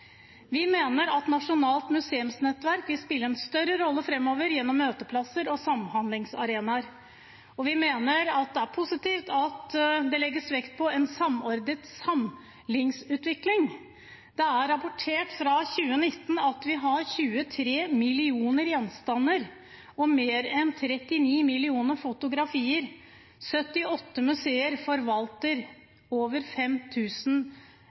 Vi mener at nasjonale museumsnettverk vil spille en større rolle framover gjennom møteplasser og samhandlingsarenaer. Vi mener det er positivt at det legges vekt på en samordnet samlingsutvikling. Det er rapportert fra 2019 at vi har 23 millioner gjenstander og mer enn 39 millioner fotografier. 78 museer forvalter over